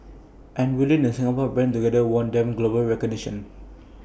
and building the Singapore brand together won them global recognition